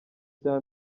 cya